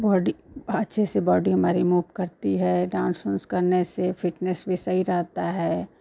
body अच्छे से body हमारी मूव करती है डान्स उन्स करने से फ़िटनेस भी सही रहती है